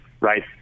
Right